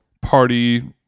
party